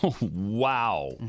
wow